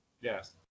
Yes